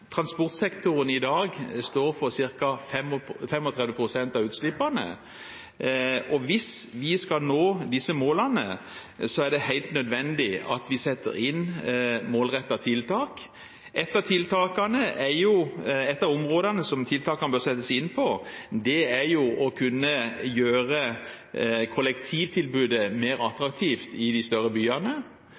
Transportsektoren står i dag for ca. 35 pst. av utslippene. Hvis vi skal nå disse målene, er det helt nødvendig at vi setter inn målrettede tiltak. Et av områdene tiltakene bør settes inn på, er å kunne gjøre kollektivtilbudet mer attraktivt i de større byene